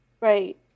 Right